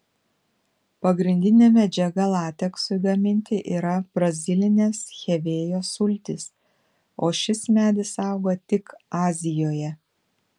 pagrindinė medžiaga lateksui gaminti yra brazilinės hevėjos sultys o šis medis auga tik azijoje